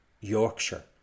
Yorkshire